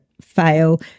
fail